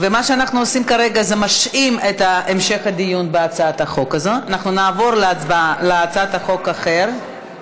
מה שאנחנו עושים כרגע זה משהים את המשך הדיון בהצעת החוק הזאת.